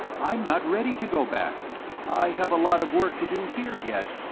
i'm not ready to go back i have a lot of work to do here, yet.